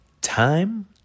Time